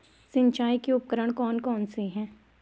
सिंचाई के उपकरण कौन कौन से हैं?